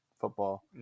football